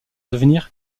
devenir